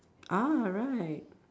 ah right